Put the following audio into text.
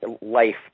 life